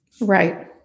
Right